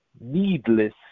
needless